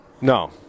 No